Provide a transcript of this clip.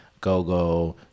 go-go